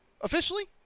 officially